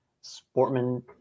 sportman